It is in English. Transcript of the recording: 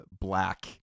black